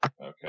Okay